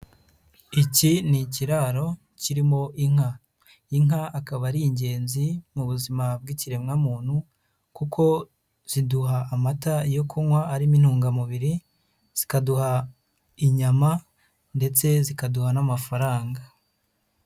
Iki ni ikiraro kirimo inka. Inka akaba ari ingenzi mu buzima bw'ikiremwamuntu kuko kiduha amata yo kunywa arimo intungamubiri, zikaduha inyama ndetse zikaduha n'amafaranga.